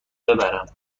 ببرم